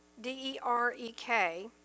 D-E-R-E-K